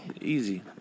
Easy